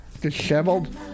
Disheveled